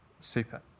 Super